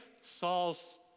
Saul's